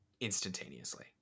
instantaneously